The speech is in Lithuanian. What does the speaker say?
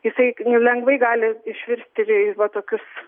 jisai lengvai gali išvirsti va tokius